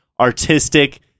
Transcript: artistic